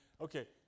Okay